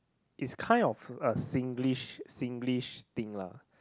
it's kind of a Singlish Singlish thing lah